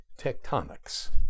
tectonics